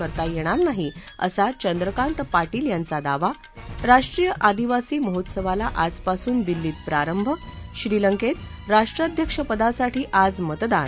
करता येणार नाही असा चंद्रकांत पाटील यांचा दावा राष्ट्रीय आदिवासी महोत्सवाला आजपासून दिल्लीत प्रारंभ श्रीलकेत राष्ट्राध्यक्षपदासाठी आज मतदान